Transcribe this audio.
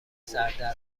سردرگم